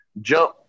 jump